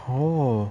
oh